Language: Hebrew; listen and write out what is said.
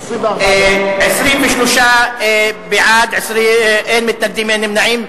23 בעד, אין מתנגדים, אין נמנעים.